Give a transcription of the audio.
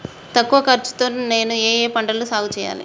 తక్కువ ఖర్చు తో నేను ఏ ఏ పంటలు సాగుచేయాలి?